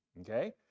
okay